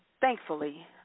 thankfully